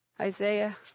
Isaiah